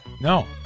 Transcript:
No